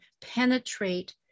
penetrate